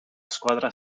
squadra